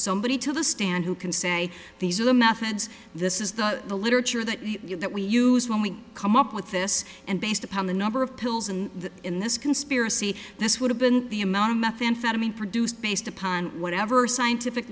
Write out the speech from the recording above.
somebody to the stand who can say these are the methods this is the the literature that you that we use when we come up with this and based upon the number of pills and in this conspiracy this would have been the amount of methamphetamine produced based upon whatever scientific